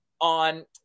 on